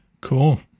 Cool